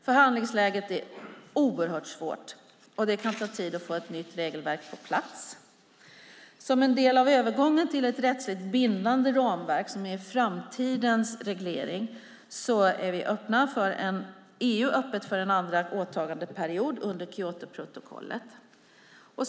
Förhandlingsläget är oerhört svårt, och det kan ta tid att få ett nytt regelverk på plats. Som en del av övergången till ett rättsligt bindande ramverk, som är framtidens reglering, är EU öppet för en andra åtagandeperiod under Kyotoprotokollet.